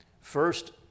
First